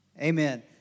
amen